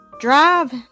drive